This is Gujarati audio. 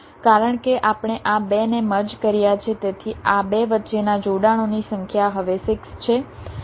કારણ કે આપણે આ 2 ને મર્જ કર્યા છે તેથી આ 2 વચ્ચેના જોડાણોની સંખ્યા હવે 6 છે